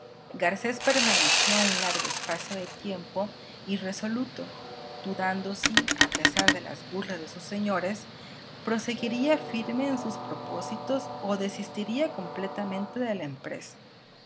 garcés permaneció un largo espacio de tiempo irresoluto dudando si a pesar de las burlas de sus señores proseguiría firme en sus propósitos o desistiría completamente de la empresa